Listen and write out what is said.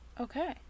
okay